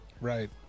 Right